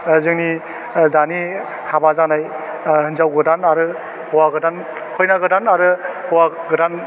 ओह जोंनि ओह दानि हाबा जानाय ओह हिन्जाव गोदान आरो हौवा गोदान खइना गोदान आरो हौवा गोदान